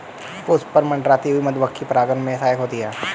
पुष्प पर मंडराती हुई मधुमक्खी परागन में सहायक होती है